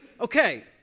Okay